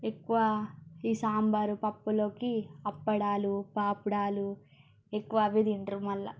ఎక్కువ ఈ సాంబారు పప్పులోకి అప్పడాలు పాపడాలు ఎక్కువ అవి తింటారు మళ్ళీ